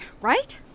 right